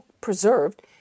preserved